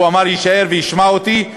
והוא אמר שיישאר וישמע אותי,